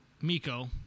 Miko